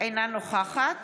אינה נוכחת